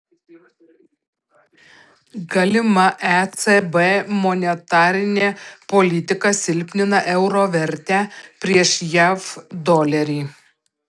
galima ecb monetarinė politika silpnina euro vertę prieš jav dolerį